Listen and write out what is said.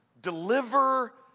deliver